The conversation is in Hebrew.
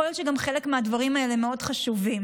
יכול להיות שגם חלק מהדברים האלה מאוד חשובים.